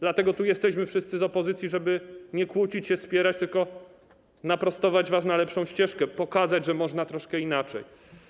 Dlatego tu jesteśmy wszyscy z opozycji - nie żeby kłócić się, spierać, tylko żeby naprostować was na lepszą ścieżkę, pokazać, że można troszkę inaczej.